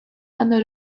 and